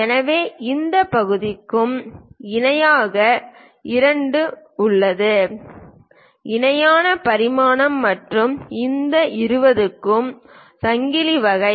எனவே இந்த 8 பகுதிகளுக்கும் இணையாக இரண்டும் உள்ளன இணையான பரிமாணம் மற்றும் இந்த 20 க்கு சங்கிலி வகை